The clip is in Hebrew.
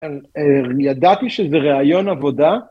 ידעתי שזה ראיון עבודה.